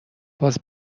باز